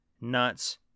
nuts